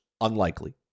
Unlikely